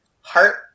heart